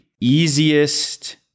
easiest